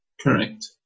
correct